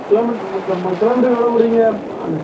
கிலோமீட்டருக்கு கிலோமீட்டருக்கு எவ்வளோ போடுவீங்க